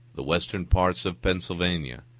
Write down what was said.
the western parts of pennsylvania,